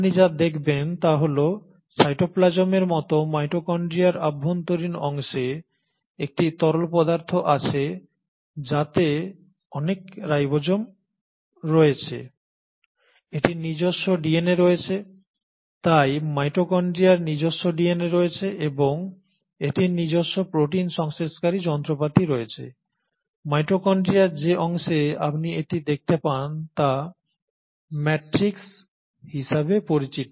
আপনি যা দেখবেন তা হল সাইটোপ্লাজমের মতো মাইটোকন্ড্রিয়ার অভ্যন্তরীণ অংশে একটি তরল পদার্থ আছে যাতে অনেক রাইবোসোম রয়েছে এটির নিজস্ব ডিএনএ রয়েছে তাই মাইটোকন্ড্রিয়ার নিজস্ব ডিএনএ রয়েছে এবং এটির নিজস্ব প্রোটিন সংশ্লেষকারী যন্ত্রপাতি রয়েছে মাইটোকন্ড্রিয়ার যে অংশে আপনি এটি দেখতে পান তা ম্যাট্রিক্স হিসাবে পরিচিত